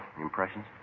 Impressions